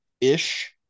ish